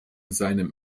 seinem